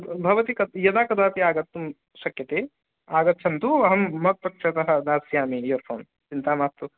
भवती यदा कदापि आगन्तुं शक्यते आगच्छन्तु अहं मत्पक्षतः दास्यामि इयरफ़ोन् चिन्ता मास्तु